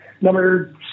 Number